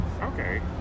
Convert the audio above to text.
okay